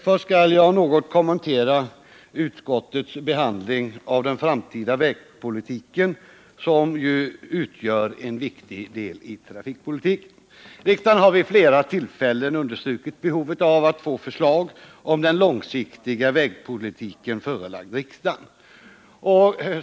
Först skall jag något kommentera utskottets behandling av den framtida vägpolitiken, som ju utgör en viktig del av trafikpolitiken. Riksdagen har vid flera tillfällen understrukit vikten av att förslag om den långsiktiga vägpolitiken föreläggs riksdagen.